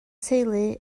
teulu